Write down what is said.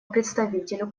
представителю